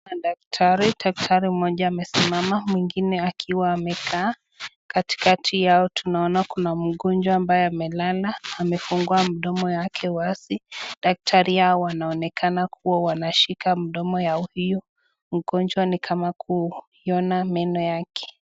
Madaktari ,daktari mmoja amesimama mwingine akiwa amekaa, katikati yao tunaona kuna mgonjwa ambaye amelala amefungua mdomo yake wazi, daktari hao wanaonekana kuwa wanashika mdomo ya huyu mgonjwa ni kama kuiona meno yake.